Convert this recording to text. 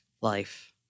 life